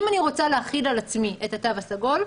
אם אני רוצה להחיל על עצמי את התו הסגול,